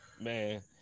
Man